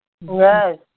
Yes